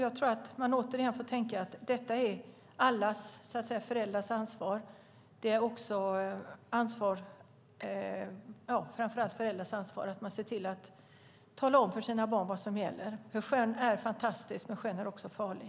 Jag tror dock, återigen, att vi får tänka att detta framför allt är alla föräldrars ansvar. Man får se till att tala om för sina barn vad som gäller. Sjön är nämligen fantastisk, men sjön är också farlig.